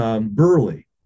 Burley